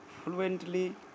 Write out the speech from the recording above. fluently